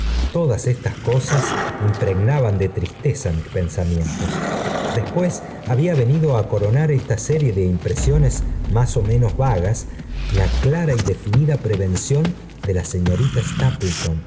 todas estas cosas impregnaban de tristeza mis pensáis rentos después había venido á coronar esta sene de impresiones más ó menos vagas la clara v qefimda prevención de la señorita